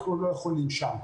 אנחנו לא יכולים שם.